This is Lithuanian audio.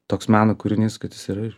toks meno kūrinys kad jis yra